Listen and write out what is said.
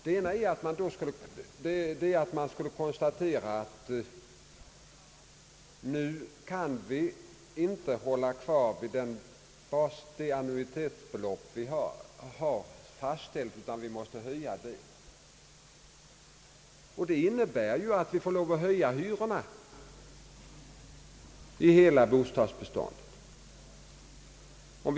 En sådan är att vi skulle nödgas konstatera att vi inte kan hålla kvar det annuitetsbelopp vi har fastställt utan måste höja det. Det innebär i sin tur att vi får lov att höja hyrorna i hela bostadsbeståndet.